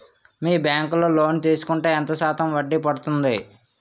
మీ bank లో loan తీసుకుంటే ఎంత శాతం వడ్డీ పడ్తుంది?